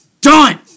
Done